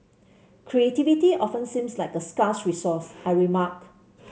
creativity often seems like a scarce resource I remark